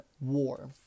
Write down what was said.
war